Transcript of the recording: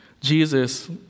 Jesus